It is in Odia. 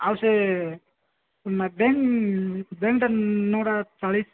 ଆଉ ସେ ବ୍ୟାଙ୍କ୍ ବ୍ୟାଙ୍କ୍ଟା ନଅଟା ଚାଳିଶି